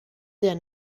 der